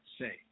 say